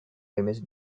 image